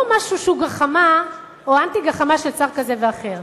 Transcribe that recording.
לא משהו שהוא גחמה או אנטי-גחמה של שר כזה ואחר.